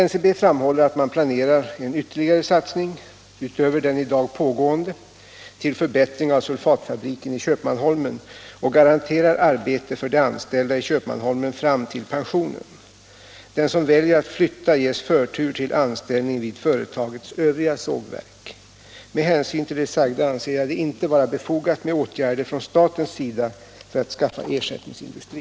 NCB framhåller att man planerar en ytterligare satsning — utöver den i dag pågående - till förbättring av sulfatfabriken i Köpmanholmen och garanterar arbete för de anställda i Köpmanholmen fram till pensionen. Den som väljer att flytta ges förtur till anställning vid företagets övriga sågverk. Med hänsyn till det sagda anser jag det inte vara befogat med åtgärder från statens sida för att skaffa ersättningsindustri.